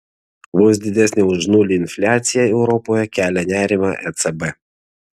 vos didesnė už nulį infliacija europoje kelia nerimą ecb